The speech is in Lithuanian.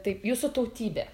taip jūsų tautybė